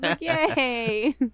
Yay